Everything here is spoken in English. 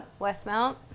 Westmount